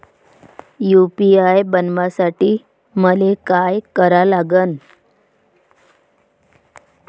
UPI बनवासाठी मले काय करा लागन?